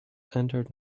entered